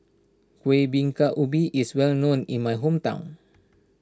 Kuih Bingka Ubi is well known in my hometown